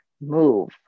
move